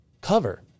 cover